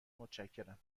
متشکرم